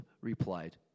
replied